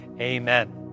Amen